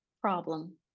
problem